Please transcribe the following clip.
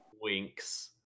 Winks